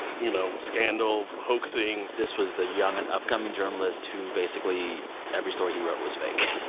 you know, scandal of hoaxing this was the young and upcoming journalist who basically every story he wrote was fake.